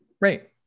Right